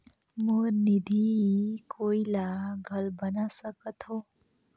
मोर निधि कोई ला घल बना सकत हो?